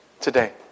today